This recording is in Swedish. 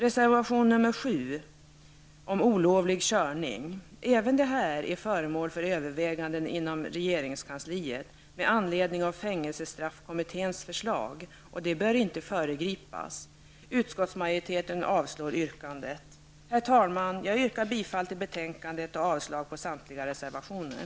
Reservation nr 7 tar upp olovlig körning. Även denna fråga är föremål för överväganden inom regeringskansliet med anledning av fängelsestraffkommitténs förslag. Det bör inte föregripas. Utskottsmajoriteten avslår yrkandet. Herr talman! Jag yrkar bifall till utskottets hemställan i betänkandet och avslag på samtliga reservationer.